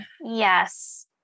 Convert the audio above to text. Yes